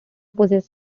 possess